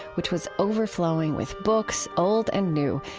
which was overflowing with books, old and new,